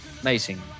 amazing